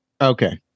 Okay